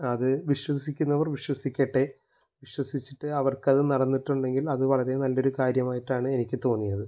അത് വിശ്വാസിക്കുന്നവർ വിശ്വസിക്കട്ടെ വിശ്വസിച്ചിട്ട് അവർക്കത് നടന്നിട്ടുണ്ടെങ്കിൽ അത് വളരെ നല്ലൊരു കാര്യമായിട്ടാണ് എനിക്ക് തോന്നിയത്